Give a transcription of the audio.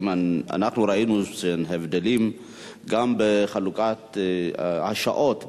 אנחנו ראינו הבדלים גם בחלוקת השעות דווקא.